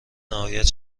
نهایت